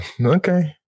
okay